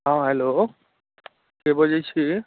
हॅं हेल्लो के बजै छी